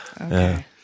Okay